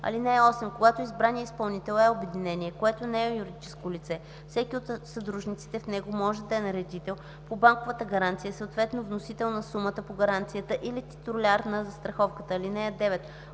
(8) Когато избраният изпълнител е обединение, което не е юридическо лице, всеки от съдружниците в него може да е наредител по банковата гаранция, съответно вносител на сумата по гаранцията или титуляр на застраховката. (9)